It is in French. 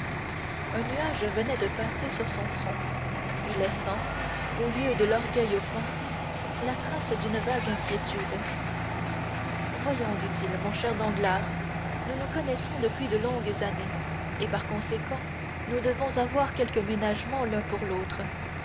un nuage venait de passer sur son front y laissant au lieu de l'orgueil offensé la trace d'une vague inquiétude voyons dit-il mon cher danglars nous nous connaissons depuis de longues années et par conséquent nous devons avoir quelques ménagements l'un pour l'autre